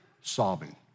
sobbing